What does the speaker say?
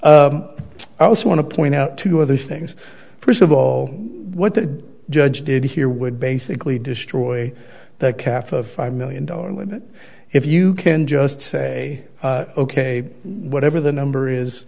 i also want to point out two other things first of all what the judge did here would basically destroy that calf of five million dollar limit if you can just say ok whatever the number is